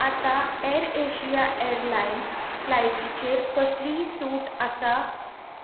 आतां Air Asia airlines फ्लायटीचेर कसलीय सूट आसा